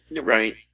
Right